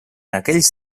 aquells